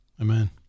Amen